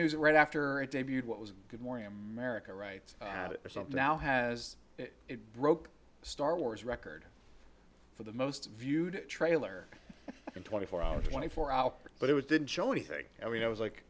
news right after it debuted what was good morning america right at it or something now has it broke star wars record for the most viewed trailer in twenty four hours twenty four hours but it didn't show anything i mean i was like